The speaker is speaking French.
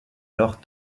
alors